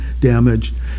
damaged